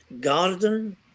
garden